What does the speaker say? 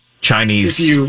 chinese